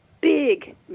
big